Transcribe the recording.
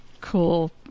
cool